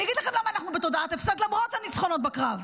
אני אגיד לכם למה אנחנו בתודעת הפסד למרות הניצחונות בקרב,